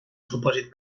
supòsit